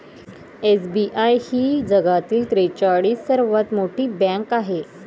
SBI ही जगातील त्रेचाळीस सर्वात मोठी बँक आहे